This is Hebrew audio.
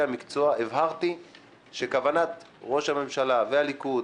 המקצוע הבהרתי שכוונת ראש הממשלה והליכוד,